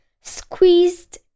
squeezed